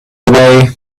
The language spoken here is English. away